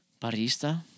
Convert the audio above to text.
Barista